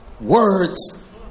words